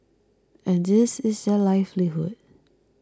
and this is their livelihood